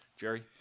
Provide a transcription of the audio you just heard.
Jerry